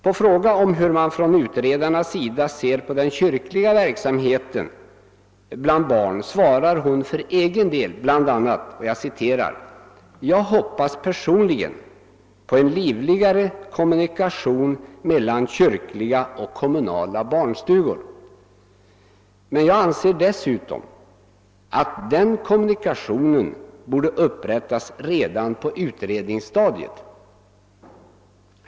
På fråga om hur utredarna ser på den kyrkliga verksamheten bland barn sva rade hon för egen del bl.a.: >Jag hoppas personligen på en livligare kommunikation mellan kyrkliga och kommunala barnstugor.> Men jag anser dessutom att den kommunikationen borde upprättas redan på utredningsstadiet.